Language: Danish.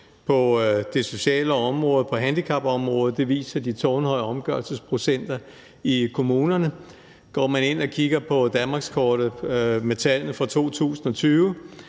på det sociale område og på handicapområdet. Det viser de tårnhøje omgørelsesprocenter i kommunerne. Går man ind og kigger på danmarkskortet med tallene for 2020,